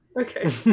Okay